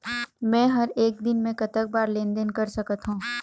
मे हर एक दिन मे कतक बार लेन देन कर सकत हों?